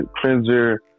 cleanser